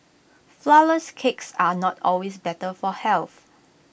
Flourless Cakes are not always better for health